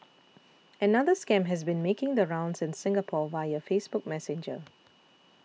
another scam has been making the rounds in Singapore via Facebook Messenger